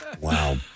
Wow